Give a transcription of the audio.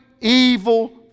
evil